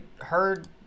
heard